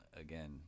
again